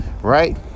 right